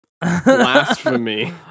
blasphemy